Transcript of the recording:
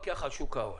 המפקח על שוק ההון